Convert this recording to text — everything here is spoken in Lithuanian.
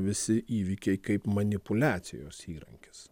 visi įvykiai kaip manipuliacijos įrankis